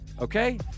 Okay